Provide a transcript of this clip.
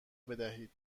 بدهید